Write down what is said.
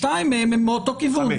שתיים מהן הן מאותו כיוון.